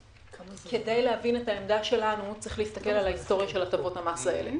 כדי להבין את העמדה שלנו צריך להסתכל על ההיסטוריה של הטבות המס האלה,